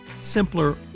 simpler